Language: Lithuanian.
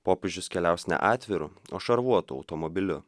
popiežius keliaus ne atviru o šarvuotu automobiliu